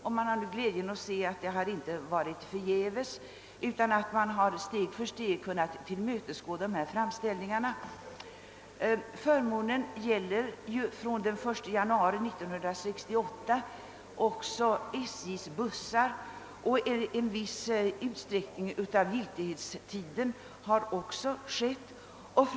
Det är nu glädjande att se att det inte har varit förgäves, utan att man steg för steg har kunnat tillmötesgå framställningarna. Förmånen gäller från den 1 juli 1968 också SJ:s bussar, och en viss utsträckning av giltighetstiden har skett.